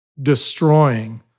destroying